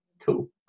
Cool